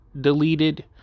deleted